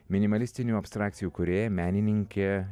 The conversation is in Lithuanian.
minimalistinių abstrakcijų kūrėja menininkė